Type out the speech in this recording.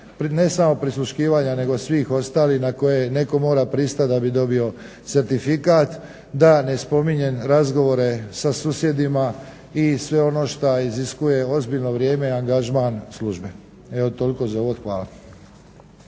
ne samo prisluškivanja nego svih ostalih na koje netko mora pristati da bi dobio certifikat. Da ne spominjem razgovore sa susjedima i sve ono što iziskuje ozbiljno vrijeme i angažman službe. Evo toliko za ovo, hvala.